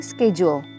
Schedule